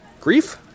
grief